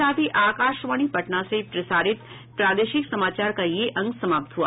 इसके साथ ही आकाशवाणी पटना से प्रसारित प्रादेशिक समाचार का ये अंक समाप्त हुआ